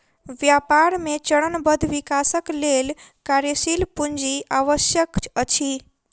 व्यापार मे चरणबद्ध विकासक लेल कार्यशील पूंजी आवश्यक अछि